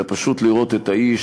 אלא פשוט לראות את האיש,